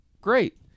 great